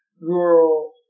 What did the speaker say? rural